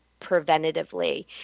preventatively